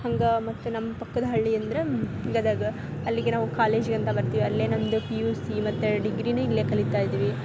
ಹಂಗೆ ಮತ್ತು ನಮ್ಮ ಪಕ್ಕದ ಹಳ್ಳಿ ಅಂದರೆ ಗದಗ ಅಲ್ಲಿಗೆ ನಾವು ಕಾಲೇಜಿಗಂತ ಬರ್ತೀವಿ ಅಲ್ಲೇ ನಮ್ಮದು ಪಿ ಯು ಸಿ ಮತ್ತು ಡಿಗ್ರಿನಿ ಇಲ್ಲೆ ಕಲಿತಾ ಇದಿವಿ